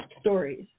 stories